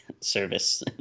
service